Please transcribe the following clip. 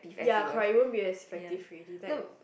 ya correct it won't be as effective already like